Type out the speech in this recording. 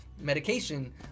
medication